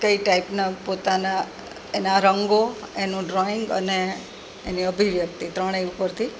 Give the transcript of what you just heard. કઈ ટાઇપના પોતાના એના રંગો એનું ડ્રોઈંગ અને એની અભિવ્યક્ત્ત ત્રણેય ઉપરથી